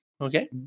okay